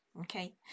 Okay